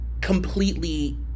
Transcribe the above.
completely